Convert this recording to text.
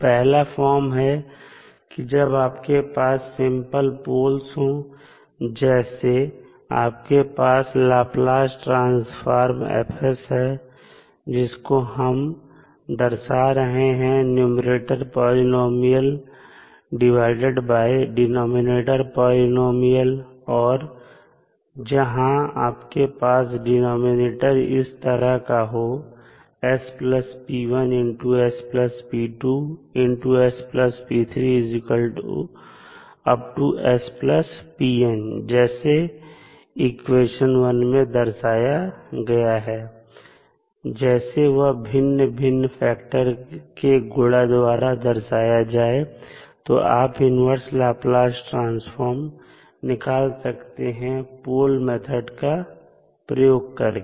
पहला फार्म है कि जब आपके पास सिंपल पोल्स हो जैसे आपके पास लाप्लास ट्रांसफॉर्म F है जिसको हम दर्शा रहे हैं numerator polynomial divided by denominator polynomial और जहां आपके पास डिनॉमिनेटर इस तरह का हो जैसा इक्वेशन 1 में दर्शाया गया है जैसे वह भिन्न भिन्न फैक्टर के गुड़ा द्वारा दर्शाया जाए तो आप इन्वर्स लाप्लास ट्रांसफॉर्म निकाल सकते हैं पोल मेथड का प्रयोग करके